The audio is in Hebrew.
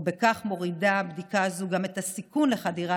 ובכך מורידה בדיקה זו גם את הסיכון לחדירה